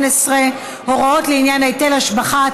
118) (הוראות לעניין היטל השבחה),